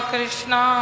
Krishna